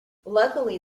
luckily